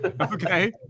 Okay